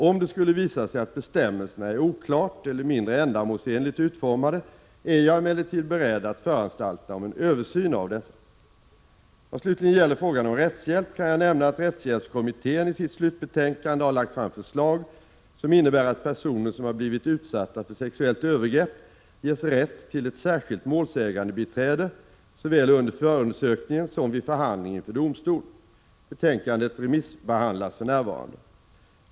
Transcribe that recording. Om det skulle visa sig att bestämmelserna är oklart eller mindre ändamålsenligt utformade, är jag emellertid beredd att föranstalta om en översyn av dessa. Vad slutligen gäller frågan om rättshjälp kan jag nämna att rättshjälpskommittén i sitt slutbetänkande har lagt fram förslag, som innebär att personer som har blivit utsatta för sexuellt övergrepp ges rätt till ett särskilt målsägandebiträde såväl under förundersökningen som vid förhandling inför domstol. Betänkandet remissbehandlas för närvarande.